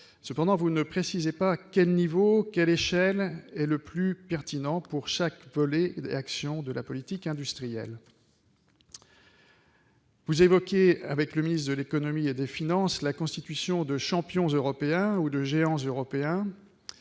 Toutefois, vous ne précisez pas l'échelle la plus pertinente pour chaque volet et action de la politique industrielle. Vous évoquez, avec le ministre de l'économie et des finances, la constitution de « champions européens » ou de « géants européens